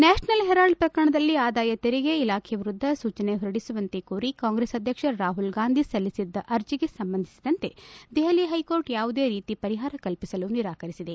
national Herald ಪ್ರಕರಣದಲ್ಲಿ ಆದಾಯ ತೆರಿಗೆ ಇಲಾಖೆ ವಿರುದ್ದ ಸೂಚನೆ ಹೊರಡಿಸುವಂತೆ ಕೋರಿ ಕಾಂಗ್ರೆಸ್ ಅಧ್ವಕ್ಷ ರಾಹುಲ್ ಗಾಂಧಿ ಸಲ್ಲಿಸಿದ್ದ ಅರ್ಜಿಗೆ ಸಂಬಂಧಿಸಿದಂತೆ ದೆಹಲಿ ಹೈಕೋರ್ಟ್ ಯಾವುದೇ ರೀತಿಯ ಪರಿಹಾರ ಕಲ್ಪಿಸಲು ನಿರಾಕರಿಸಿದೆ